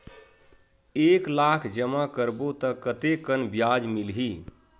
एक लाख जमा करबो त कतेकन ब्याज मिलही?